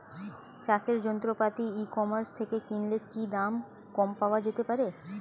চাষের যন্ত্রপাতি e commerce থেকে কিনলে কি দাম কম পাওয়া যেতে পারে?